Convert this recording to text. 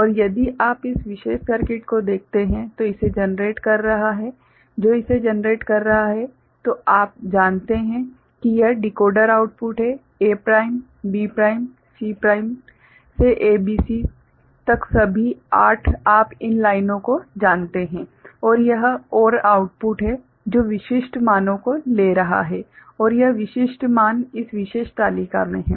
और यदि आप इस विशेष सर्किट को देखते हैं जो इसे जनरेट कर रहा है तो आप जानते हैं कि यह डिकोडर आउटपुट है A prime B prime C prime से ABC तक सभी 8 आप इन लाइनो को जानते हैं और यह OR आउटपुट है जो विशिष्ट मानों को ले रहा है और यह विशिष्ट मान इस विशेष तालिका में हैं